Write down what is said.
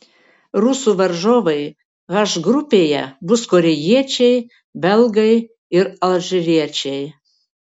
rusų varžovai h grupėje bus korėjiečiai belgai ir alžyriečiai